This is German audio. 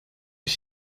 ich